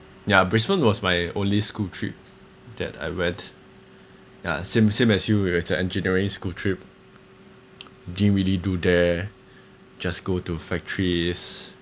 ya brisbane was my only school trip that I went ya same same as you we were with the engineering school trip didn't really do there just go to factories